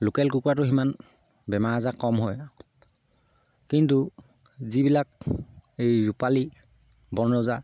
local কুকুৰাটো সিমান বেমাৰ আজাৰ কম হয় কিন্তু যিবিলাক এই ৰূপালী বন ৰজা